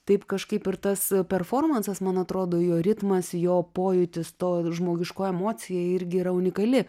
taip kažkaip ir tas performansas man atrodo jo ritmas jo pojūtis to ir žmogiškoji emocija irgi yra unikali